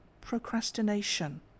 procrastination